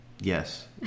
yes